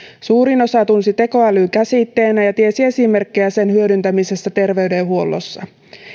suurin osa tunsi tekoälyn käsitteenä ja tiesi esimerkkejä sen hyödyntämisestä ter veydenhuollossa